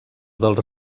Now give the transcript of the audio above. dels